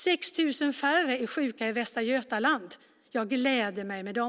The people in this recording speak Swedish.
6 000 färre är nu sjuka i Västra Götaland. Jag gläder mig med dem.